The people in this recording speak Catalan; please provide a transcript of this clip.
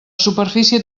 superfície